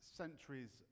centuries